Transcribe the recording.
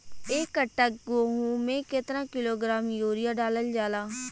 एक कट्टा गोहूँ में केतना किलोग्राम यूरिया डालल जाला?